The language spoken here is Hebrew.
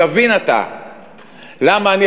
תבין אתה למה אני,